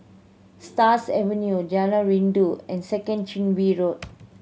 Stars Avenue Jalan Rindu and Second Chin Bee Road